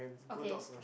okay